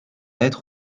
être